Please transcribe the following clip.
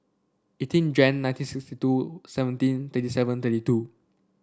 eighteen Jan nineteen sixty two seventeen thirty seven thirty two